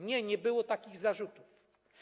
Nie, nie było takich zarzutów.